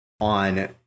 on